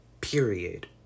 period